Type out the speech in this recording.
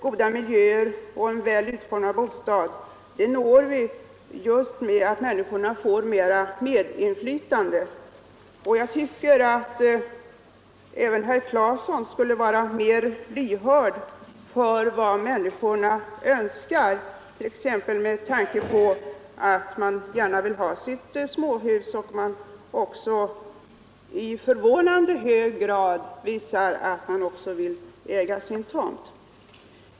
Goda miljöer och väl utformade bostäder når vi genom att människorna får större medinflytande. Jag tycker att även herr Claeson skulle vara mer lyhörd för vad människorna önskar. De vill t.ex. gärna ha småhus, och de vill i förvånansvärt hög grad äga sin tomt.